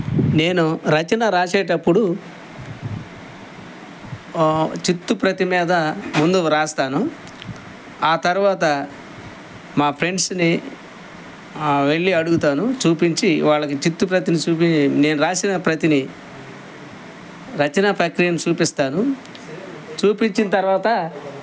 నేను రచన రాసేటప్పుడు చిత్తు ప్రతి మీద ముందు వ్రాస్తాను ఆ తర్వాత మా ఫ్రెండ్స్ని వెళ్ళి అడుగుతాను చూపించి వాళ్ళకి చిత్తు ప్రతిని నేను రాసిన ప్రతిని రచన ప్రక్రియను చూపిస్తాను చూపించిన తర్వాత